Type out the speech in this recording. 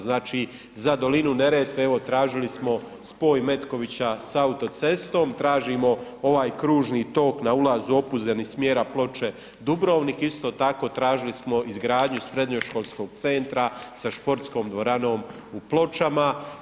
Znači za dolinu Neretve evo tražili smo spoj Metkovića sa autocestom, tražimo ovaj kružni tok na ulazu u Opuzen iz smjera Ploče-Dubrovnik, isto tako tražili smo izgradnju srednjoškolskog centra sa športskom dvoranom u Pločama.